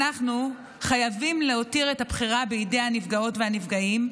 אנחנו חייבים להותיר את הבחירה בידי הנפגעות והנפגעים,